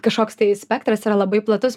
kažkoks spektras yra labai platus